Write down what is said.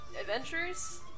Adventures